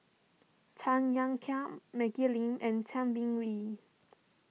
Tan Ean Kiam Maggie Lim and Tay Bin Wee